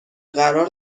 قرار